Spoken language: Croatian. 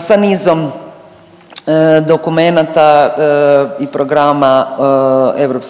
sa nizom dokumenata i programa EU,